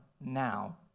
now